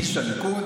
איש הליכוד,